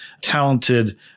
talented